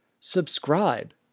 Subscribe